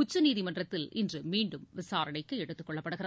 உச்சநீதிமன்றத்தில் இன்று மீண்டும் விசாரணைக்கு எடுத்துக் கொள்ளப்படுகிறது